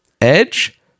Edge